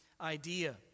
idea